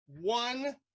one